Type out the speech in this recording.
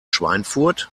schweinfurt